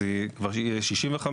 זה יהיה כבר 65 קילומטר,